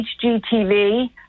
hgtv